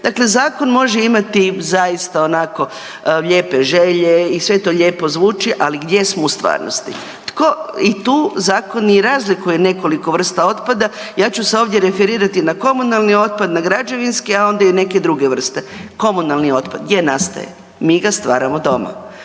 Dakle, zakon može imati zaista onako lijepe želje i sve to lijepo zvuči, ali gdje smo u stvarnosti? I tu zakon razlikuje nekoliko vrsta otpada, ja ću se ovdje referirati na komunalni otpad, na građevinski, a onda i na neke druge vrste. Komunalni otpad gdje nastaje? Mi ga stvaramo doma.